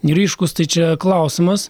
ryškūs tai čia klausimas